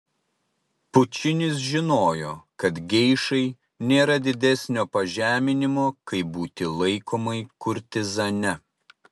pučinis žinojo kad geišai nėra didesnio pažeminimo kaip būti laikomai kurtizane